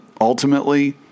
Ultimately